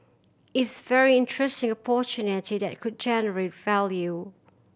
it's very interesting opportunity that could generate value